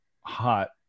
hot